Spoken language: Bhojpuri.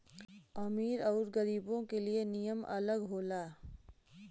अमीर अउर गरीबो के लिए नियम अलग होला